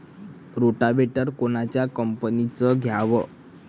Rotavator कोनच्या कंपनीचं घ्यावं?